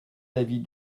l’avis